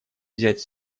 взять